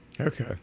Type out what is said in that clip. Okay